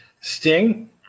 Sting